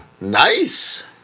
Nice